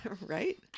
Right